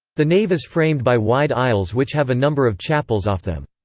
the nave is framed by wide aisles which have a number of chapels off them.